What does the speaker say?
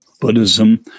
Buddhism